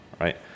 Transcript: right